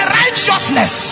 righteousness